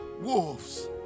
wolves